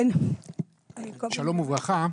שלום וברכה,